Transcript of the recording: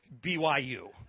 BYU